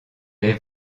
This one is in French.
des